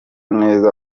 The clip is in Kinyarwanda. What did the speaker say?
neza